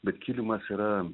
bet kilimas yra